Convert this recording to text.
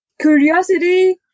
Curiosity